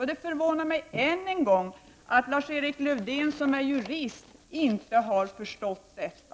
Jag vill än en gång säga att det förvånar mig att Lars-Erik Lövdén som är jurist, inte har förstått detta.